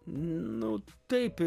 nu taip